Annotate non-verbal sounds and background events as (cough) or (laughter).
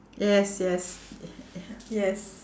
yes yes (noise) yes